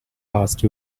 past